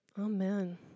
Amen